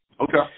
Okay